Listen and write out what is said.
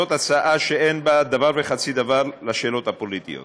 זאת הצעה שאין בה דבר וחצי דבר עם השאלות הפוליטיות